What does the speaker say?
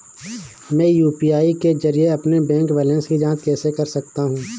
मैं यू.पी.आई के जरिए अपने बैंक बैलेंस की जाँच कैसे कर सकता हूँ?